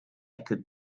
could